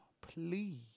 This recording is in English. please